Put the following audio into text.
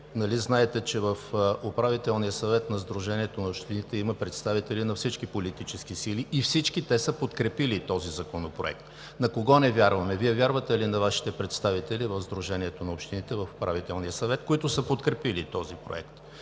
знаете, че в Управителния съвет на Сдружението на общините има представители на всички политически сили и всички те са подкрепили този законопроект? На кого не вярваме? Вие вярвате ли на Вашите представители в Сдружението на общините в Управителния съвет, които са подкрепили този проект?